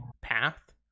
path